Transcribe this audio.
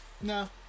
No